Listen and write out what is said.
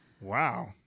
Wow